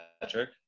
Patrick